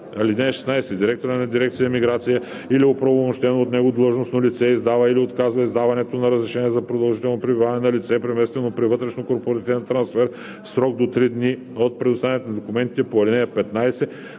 (16) Директорът на дирекция „Миграция“ или оправомощено от него длъжностно лице издава или отказва издаването на разрешение за продължително пребиваване на лице, преместено при вътрешнокорпоративен трансфер в срок до три дни от представянето на документите по ал. 15,